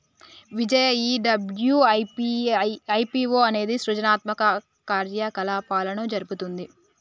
విజయ ఈ డబ్ల్యు.ఐ.పి.ఓ అనేది సృజనాత్మక కార్యకలాపాలను జరుపుతుంది